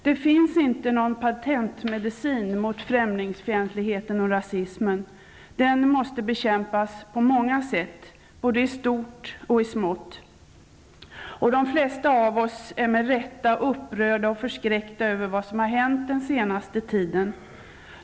Det finns ingen patentmedicin mot främlingsfientligheten och rasismen, som måste bekämpas på många sätt, både i stort och i smått. De flesta av oss är med rätt upprörda och förskräckta över vad som hänt den senaste tiden.